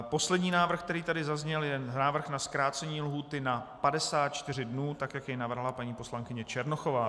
Poslední návrh, který tady zazněl, je návrh na zkrácení lhůty na 54 dnů tak, jak jej navrhla paní poslankyně Černochová.